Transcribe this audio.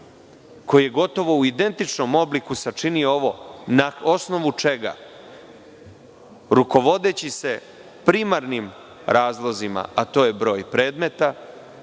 koji je gotovo u identičnom obliku sačinio ovo. Na osnovu čega? Rukovodeći se primarnim razlozima, a to je broj predmeta,